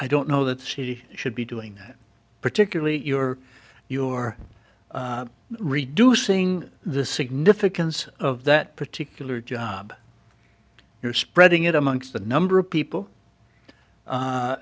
i don't know that city should be doing that particularly you're you're reducing the significance of that particular job you're spreading it amongst a number of people